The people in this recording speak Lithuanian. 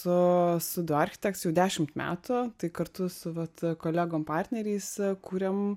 su su du architekts jau dešimt metų tai kartu su vat kolegom partneriais kuriam